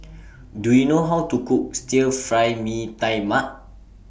Do YOU know How to Cook Stir Fry Mee Tai Mak